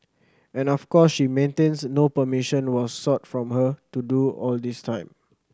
and of course she maintains no permission was sought from her to do all this time